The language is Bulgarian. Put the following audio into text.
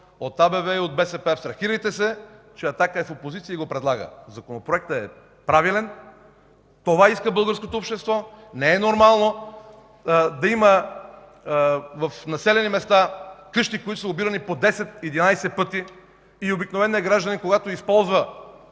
от АБВ и от БСП: абстрахирайте се, че „Атака” е в опозиция и го предлага. Законопроектът е правилен. Това иска българското общество. Не е нормално да има в населени места къщи, които са обирани по 10-11 пъти и обикновеният гражданин, когато използва